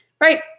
right